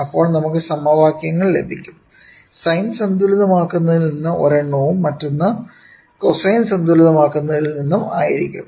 അപ്പോൾ നമുക്ക് സമവാക്യങ്ങൾ ലഭിക്കും സൈൻ സന്തുലിതമാക്കുന്നതിൽ നിന്ന് ഒരെണ്ണവും മറ്റൊന്ന് കോസൈൻ സന്തുലിതമാക്കുന്നതിൽ നിന്നും ആയിരിക്കും